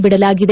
ಬಿಡಲಾಗಿದೆ